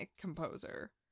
composer